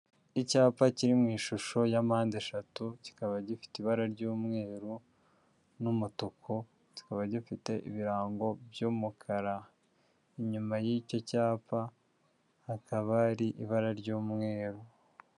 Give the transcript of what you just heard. Icyapa kiri mu ishusho ya mpande eshatu, kikaba gifite ibara ry'umweru n'umutuku kikaba gifite ibirango by'umukara, inyuma y'icyo cyapa hakaba hari ibara ry'umweru.